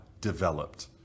developed